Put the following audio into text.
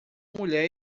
mulher